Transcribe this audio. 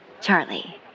Charlie